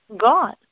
God